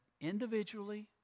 individually